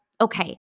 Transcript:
okay